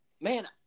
man